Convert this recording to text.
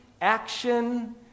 action